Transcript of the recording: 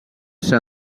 ser